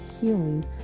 healing